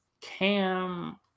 Cam